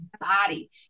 body